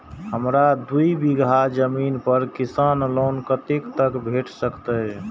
हमरा दूय बीगहा जमीन पर किसान लोन कतेक तक भेट सकतै?